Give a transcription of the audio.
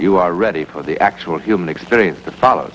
you are ready for the actual human experience to follow